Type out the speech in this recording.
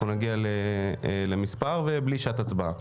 אנחנו נגיע למספר ובלי שעת הצבעה.